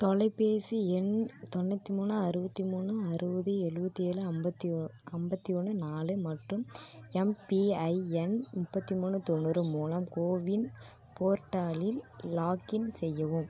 தொலைபேசி எண் தொண்ணூற்றி மூணு அறுபத்தி மூணு அறுபது எழுவத்தி ஏழு ஐம்பத்தி ஓ ஐம்பத்தி ஒன்று நாலு மற்றும் எம்பிஐஎன் முப்பத்தி மூணு தொண்ணூறு மூலம் கோவின் போர்ட்டலில் லாக்இன் செய்யவும்